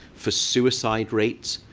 for suicide rates.